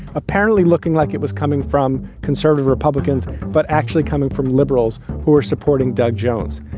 apparently looking like it was coming from conservative republicans, but actually coming from liberals who were supporting doug jones,